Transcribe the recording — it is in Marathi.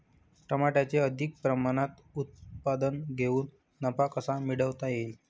टमाट्याचे अधिक प्रमाणात उत्पादन घेऊन नफा कसा मिळवता येईल?